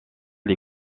les